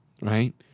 right